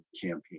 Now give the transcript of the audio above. campaign